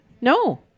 no